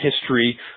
history